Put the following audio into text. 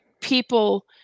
people